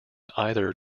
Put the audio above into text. either